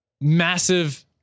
massive